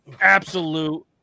Absolute